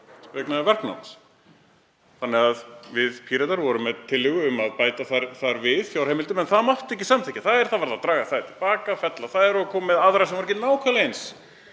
vegna verknáms. Við Píratar vorum með tillögu um að bæta þar við fjárheimildum en það mátti ekki samþykkja hana, það varð að draga hana til baka, fella hana og koma með aðra sem var ekki nákvæmlega eins.